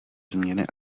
změny